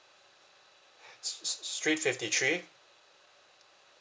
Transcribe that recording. s~ s~ street fifty three